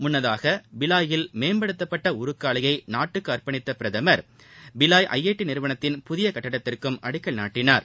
முன்னதாக பிலாயில் மேம்படுத்தப்பட்ட உருக்காலையை நாட்டுக்கு அர்ப்பணித்த பிரதமர் பிலாய் ஜஜட நிறுவனத்தின் புதிய கட்டிடத்திற்கும் அடிக்கல் நாட்டினார்